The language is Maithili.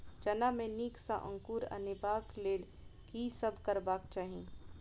चना मे नीक सँ अंकुर अनेबाक लेल की सब करबाक चाहि?